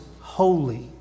holy